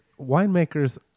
winemakers